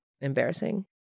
embarrassing